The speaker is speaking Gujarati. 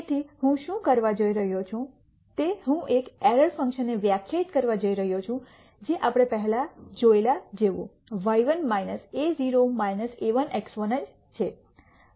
તેથી હું શું કરવા જઇ રહ્યો છું તે હું એક એરર ફંક્શનને વ્યાખ્યાયિત કરવા જઈ રહ્યો છું જે આપણે પહેલાં જોયેલા જેવું y1 a₀ a₁ x1 જ છે